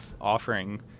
offering